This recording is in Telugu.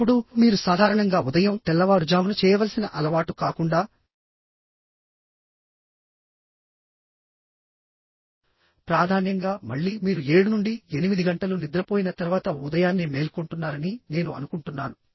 ఇప్పుడు మీరు సాధారణంగా ఉదయం తెల్లవారుజామున చేయవలసిన అలవాటు కాకుండాప్రాధాన్యంగా మళ్ళీ మీరు 7 నుండి 8 గంటలు నిద్రపోయిన తర్వాత ఉదయాన్నే మేల్కొంటున్నారని నేను అనుకుంటున్నాను